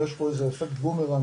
יש פה איזה אפקט בומרנג,